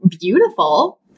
beautiful